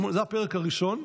זה הפרק הראשון.